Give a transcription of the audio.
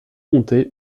comté